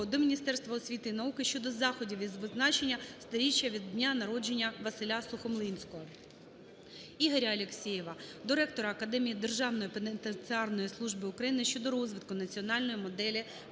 до Міністерства освіти і науки щодо заходів з відзначення 100-річчя від дня народження Василя Сухомлинського. Ігоря Алексєєва до ректора Академії Державної пенітенціарної служби України щодо розвитку національної моделіпробації.